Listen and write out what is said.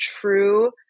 true